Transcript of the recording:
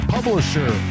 Publisher